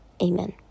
Amen